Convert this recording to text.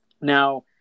Now